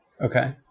Okay